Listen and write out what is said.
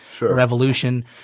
revolution